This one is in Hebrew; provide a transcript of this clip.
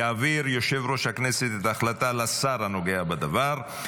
יעביר יושב-ראש הכנסת את ההחלטה לשר הנוגע בדבר,